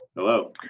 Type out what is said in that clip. hello.